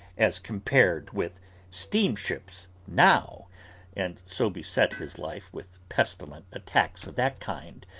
as compared with steamships now and so beset his life with pestilent attacks of that kind,